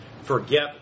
forget